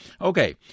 Okay